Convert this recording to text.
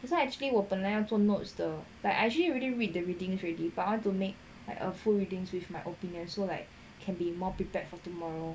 so actually 我本来要做 notes 的 but actually already read the readings already but I want to make like a full readings with my opinion so like can be more prepared for tomorrow